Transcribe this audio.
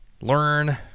learn